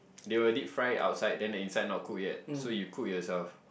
they will deep fry outside then the inside not cooked yet so you cook yourself